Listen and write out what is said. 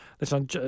listen